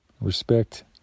respect